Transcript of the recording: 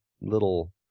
little